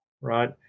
right